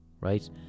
Right